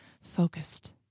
focused